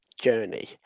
journey